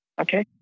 Okay